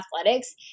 athletics